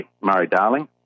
Murray-Darling